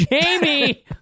jamie